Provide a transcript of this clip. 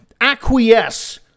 acquiesce